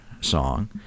song